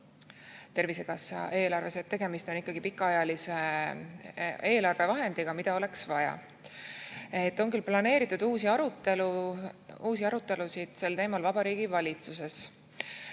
Tervisekassa eelarves. Tegemist on ikkagi pikaajalise eelarvevahendiga, mida oleks vaja. On küll planeeritud uusi arutelusid sel teemal Vabariigi Valitsuses.